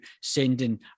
sending